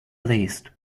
least